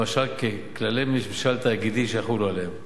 למשל כללי ממשל תאגידי שיחולו עליהן.